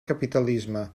capitalisme